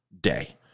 day